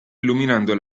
illuminando